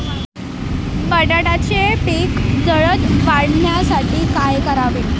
बटाट्याचे पीक जलद वाढवण्यासाठी काय करावे?